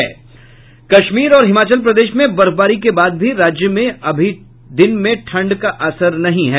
कश्मीर और हिमाचल प्रदेश में बर्फबारी के बाद भी राज्य में अभी दिन में ठंड का असर नहीं है